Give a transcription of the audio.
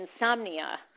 insomnia